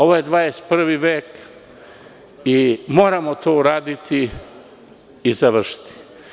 Ovo je 21. vek i moramo to uraditi i završiti.